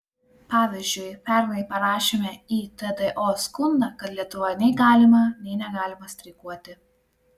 pavyzdžiui pernai parašėme į tdo skundą kad lietuvoje nei galima nei negalima streikuoti